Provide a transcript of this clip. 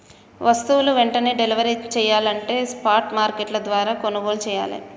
వస్తువులు వెంటనే డెలివరీ చెయ్యాలంటే స్పాట్ మార్కెట్ల ద్వారా కొనుగోలు చెయ్యాలే